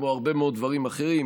כמו הרבה מאוד דברים אחרים,